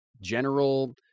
general